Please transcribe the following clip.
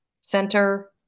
center